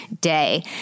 day